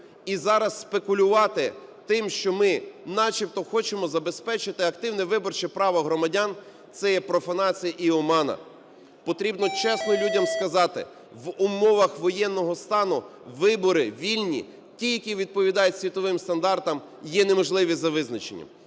І зараз спекулювати тим, що ми начебто хочемо забезпечити активне виборче право громадян, – це є профанація і омана. Потрібно чесно людям сказати: в умовах воєнного стану вибори, вільні, ті, які відповідають світовим стандартам, є неможливі за визначенням.